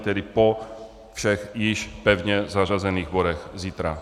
Tedy po všech již pevně zařazených bodech zítra.